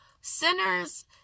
Sinners